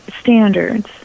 standards